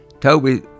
Toby